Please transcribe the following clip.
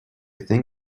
think